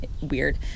weird